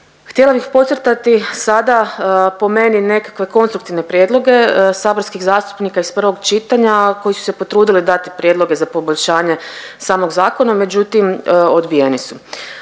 Htjela bih podcrtati sada po meni nekakve konstruktivne prijedloge saborskih zastupnika iz prvog čitanja koji su se potrudili dati prijedloge za poboljšanje samog zakona, međutim odbijeni su.